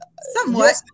somewhat